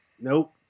Nope